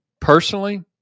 personally